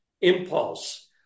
impulse